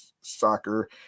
soccer